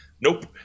nope